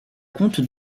compte